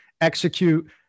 execute